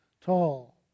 tall